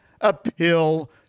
appeal